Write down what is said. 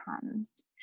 comes